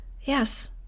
Yes